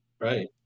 Right